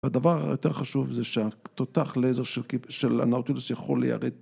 הדבר היותר חשוב זה שהתותח לייזר של הנאוטילוס שיכול לירט